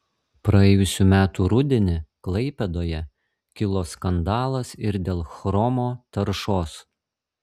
praėjusių metų rudenį klaipėdoje kilo skandalas ir dėl chromo taršos